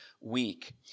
Week